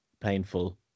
painful